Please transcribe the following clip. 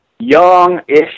Young-ish